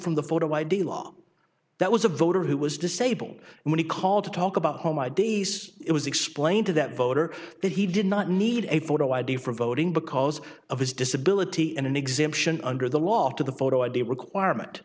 from the photo id law that was a voter who was disabled when he called to talk about home my days it was explained to that voter that he did not need a photo id for voting because of his disability and an exemption under the law for the photo id requirement